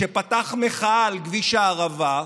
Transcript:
שפתח מחאה על כביש הערבה,